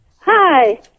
Hi